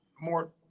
more –